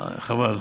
חבל.